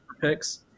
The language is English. picks